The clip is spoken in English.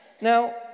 Now